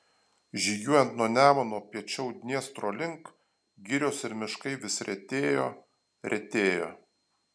žygiuojant nuo nemuno piečiau dniestro link girios ir miškai vis retėjo retėjo